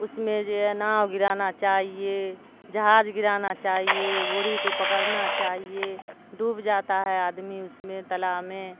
اس میں جو ناؤ گرانا چاہیے جہاز گرانا چاہیے گورھی کو پکڑنا چاہیے ڈوب جاتا ہے آدمی اس میں تالاب میں